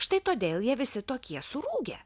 štai todėl jie visi tokie surūgę